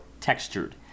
textured